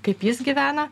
kaip jis gyvena